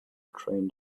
train